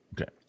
Okay